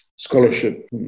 scholarship